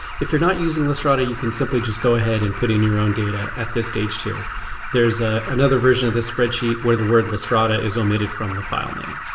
if you're not using lastrada you can simply just go ahead and put in your own data at this stage. there's ah another version of this spreadsheet where the word lastrada is omitted from the file name.